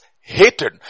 hated